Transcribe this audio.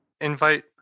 invite